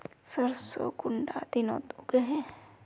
सरसों कुंडा दिनोत उगैहे?